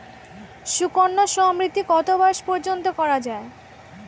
সুকন্যা সমৃদ্ধী কত বয়স পর্যন্ত করা যায়?